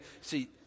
See